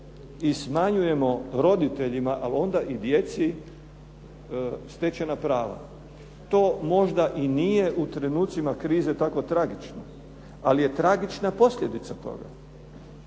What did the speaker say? i smanjujemo roditeljima, ali onda i djeci stečena prava. To možda i nije u trenucima krize tako tragično, ali je tragična posljedica toga.